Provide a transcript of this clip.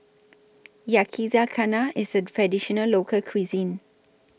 Yakizakana IS A Traditional Local Cuisine